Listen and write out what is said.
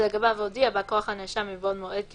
שלגביו הודיע בא כוח הנאשם מבעוד מועד כי